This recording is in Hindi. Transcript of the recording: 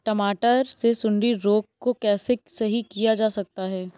टमाटर से सुंडी रोग को कैसे सही किया जा सकता है?